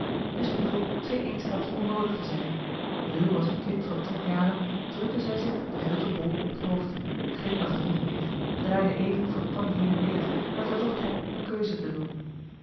de spiegel scheen eensklaps onnoodig te zijn ruw als een kind van tien jaren drukte zij zich den vilten bol op het hoofd glimlachte niet meer draaide even voor tonie heen en weer en verzocht hem een keuze te doen